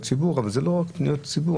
הציבור אבל זה לא רק פניות ציבור,